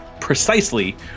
precisely